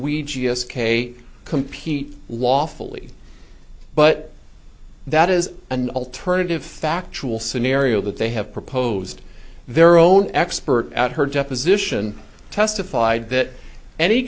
we compete lawfully but that is an alternative factual scenario that they have proposed their own expert at her deposition testified that any